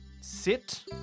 sit